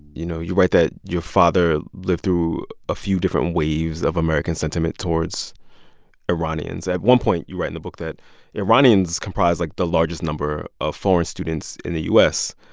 you know, you write that your father lived through a few different waves of american sentiment towards iranians. at one point, you write in the book, that iranians comprised, like, the largest number of foreign students in the u s.